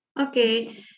Okay